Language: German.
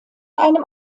einem